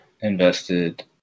invested